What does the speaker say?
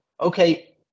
okay